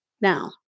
now